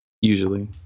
usually